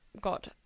got